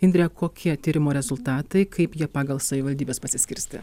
indre kokie tyrimo rezultatai kaip jie pagal savivaldybes pasiskirstė